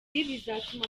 bizatuma